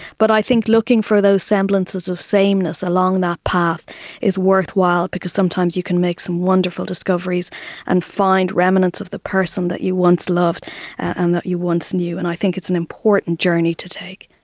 but i think looking for those semblances of sameness along that path is worthwhile because sometimes you can make some wonderful discoveries and find remnants of the person that you once loved and that you once knew. and i think it's an important to journey to take.